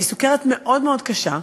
שהיא סוכרת מאוד מאוד קשה,